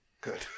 Good